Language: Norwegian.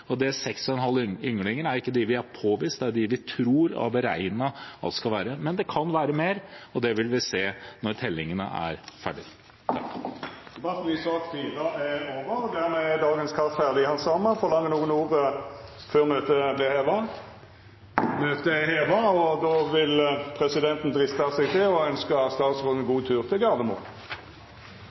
6,5 ynglinger er ikke det vi har påvist, det er det vi tror og har beregnet oss fram til at det skal være. Men det kan være flere, og det vil vi se når tellingene er ferdige. Debatten i sak nr. 4 er over. Dermed er dagens kart ferdig handsama. Ber nokon om ordet før møtet vert heva? – Møtet er heva. Presidenten vil drista seg til å ønskja statsråden god tur til Gardermoen.